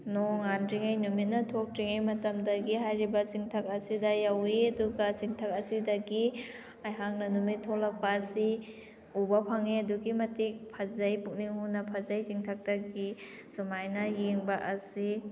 ꯅꯣꯡ ꯉꯥꯟꯗ꯭ꯔꯤꯉꯩ ꯅꯨꯃꯤꯠꯅ ꯊꯣꯛꯇ꯭ꯔꯤꯉꯩ ꯃꯇꯝꯗꯒꯤ ꯍꯥꯏꯔꯤꯕ ꯆꯤꯡꯊꯛ ꯑꯁꯤꯗ ꯌꯧꯏ ꯑꯗꯨꯒ ꯆꯤꯡꯊꯛ ꯑꯁꯤꯗꯒꯤ ꯑꯩꯍꯥꯛꯅ ꯅꯨꯃꯤꯠ ꯊꯣꯛꯂꯛꯄ ꯑꯁꯤ ꯎꯕ ꯐꯪꯏ ꯑꯗꯨꯛꯀꯤ ꯃꯇꯤꯛ ꯐꯖꯩ ꯄꯨꯛꯅꯤꯡ ꯍꯨꯅ ꯐꯖꯩ ꯆꯤꯡꯊꯛꯇꯒꯤ ꯑꯁꯨꯃꯥꯏꯅ ꯌꯦꯡꯕ ꯑꯁꯤ